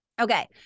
Okay